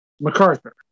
MacArthur